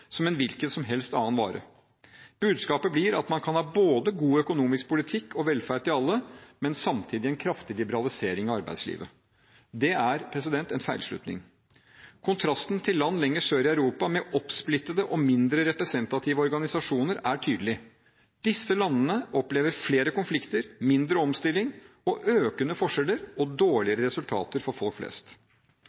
som en hvilken som helst annen vare. Budskapet blir at man kan ha både god økonomisk politikk og velferd til alle, men samtidig en kraftig liberalisering av arbeidslivet. Det er en feilslutning. Kontrasten til land lenger sør i Europa med oppsplittede og mindre representative organisasjoner er tydelig. Disse landene opplever flere konflikter, mindre omstilling, økende forskjeller og dårligere resultater for folk flest.